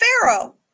Pharaoh